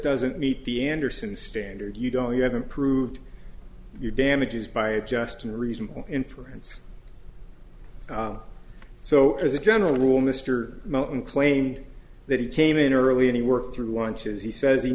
doesn't meet the andersen standard you don't you haven't proved your damages by a just and reasonable inference so as a general rule mr martin claimed that he came in early any work through lunch as he says he